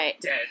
dead